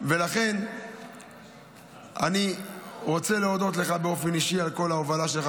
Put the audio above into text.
ולכן אני רוצה להודות לך באופן אישי על כל ההובלה שלך,